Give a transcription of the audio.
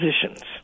positions